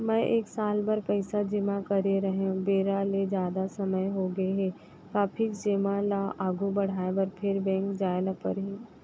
मैं एक साल बर पइसा जेमा करे रहेंव, बेरा ले जादा समय होगे हे का फिक्स जेमा ल आगू बढ़ाये बर फेर बैंक जाय ल परहि?